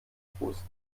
frust